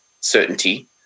certainty